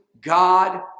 God